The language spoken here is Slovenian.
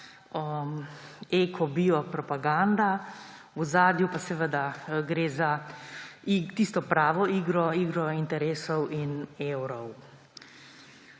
eko-bio propaganda, v ozadju pa gre seveda za tisto pravo igro, igro interesov in evrov.